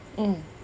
mm